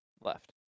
left